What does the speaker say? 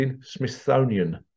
smithsonian